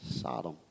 Sodom